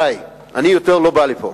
די, אני יותר לא בא לפה,